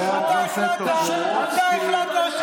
אפשר גם לשמוע?